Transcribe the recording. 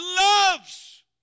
loves